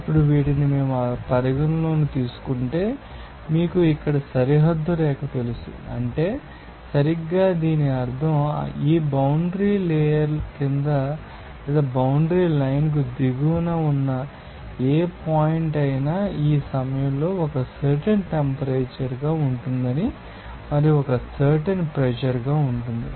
ఇప్పుడు వీటిని మేము పరిగణనలోకి తీసుకుంటే మీకు ఇక్కడ సరిహద్దు రేఖ తెలుసు అంటే సరిగ్గా దీని అర్థం ఈ బౌండ్రి లేయర్ క్రింద లేదా బౌండ్రి లైన్ కు దిగువన ఉన్న ఏ పాయింట్ అయినా ఈ సమయంలో ఒక సర్టెన్ టెంపరేచర్ ఉంటుందని మరియు ఒక సర్టెన్ ప్రెషర్ ఉంటుంది